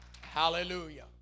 Hallelujah